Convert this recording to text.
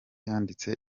yanditse